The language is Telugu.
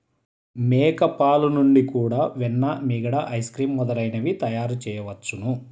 మేక పాలు నుండి కూడా వెన్న, మీగడ, ఐస్ క్రీమ్ మొదలైనవి తయారుచేయవచ్చును